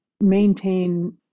maintain